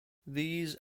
these